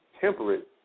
temperate